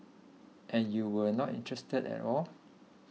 and you were not interested at all